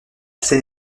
scène